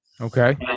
Okay